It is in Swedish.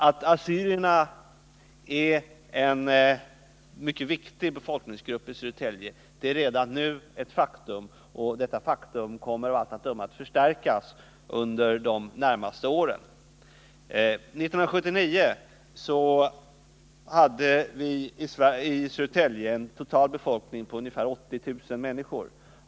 Att assyrierna är en mycket viktig befolkningsgrupp i Södertälje är redan nu ett faktum, och detta faktum kommer av allt att döma att förstärkas under de närmaste åren. År 1979 hade vi i Södertälje en total befolkning på ungefär 80 000 människor.